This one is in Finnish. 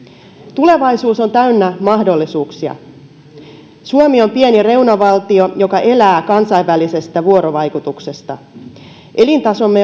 tulevaisuus on täynnä mahdollisuuksia suomi on pieni reunavaltio joka elää kansainvälisestä vuorovaikutuksesta elintasomme